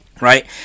right